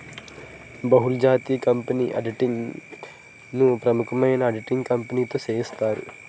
బహుళజాతి కంపెనీల ఆడిటింగ్ ను ప్రముఖమైన ఆడిటింగ్ కంపెనీతో సేయిత్తారు